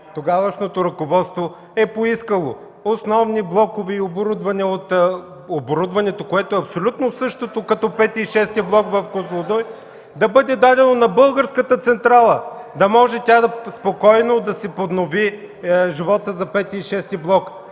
тогавашното ръководство, е поискало основни блокове и оборудване, което е абсолютно същото като V и VІ блок в „Козлодуй”, да бъде дадено на българската централа, да може тя спокойно да си поднови живота за V и VІ блок.